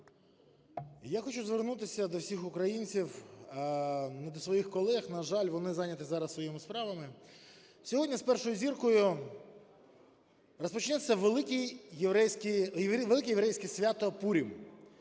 Я хочу звернутися до всіх українців, не до своїх колег, на жаль, вони зайняті зараз своїми справами. Сьогодні з першою зіркою розпочнеться велике єврейське свято – Пурім.